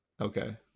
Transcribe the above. okay